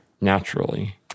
naturally